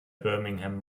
birmingham